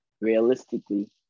realistically